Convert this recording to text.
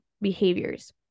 behaviors